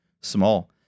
small